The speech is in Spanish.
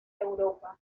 europa